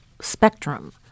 spectrum